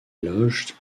loge